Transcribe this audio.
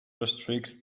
restrict